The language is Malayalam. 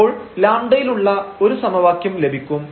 അപ്പോൾ λ യിലുള്ള ഒരു സമവാക്യം ലഭിക്കും